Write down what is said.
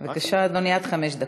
בבקשה, אדוני, עד חמש דקות.